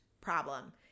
problem